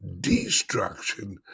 destruction